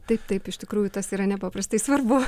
taip taip iš tikrųjų tas yra nepaprastai svarbu